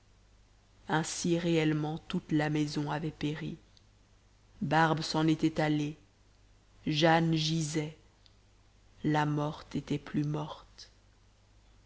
ainsi réellement toute la maison avait péri barbe s'en était allée jane gisait la morte était plus morte